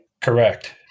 Correct